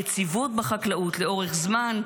יציבות בחקלאות לאורך זמן,